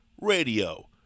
Radio